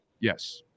yes